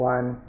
One